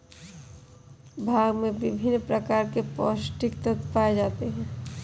भांग में विभिन्न प्रकार के पौस्टिक तत्त्व पाए जाते हैं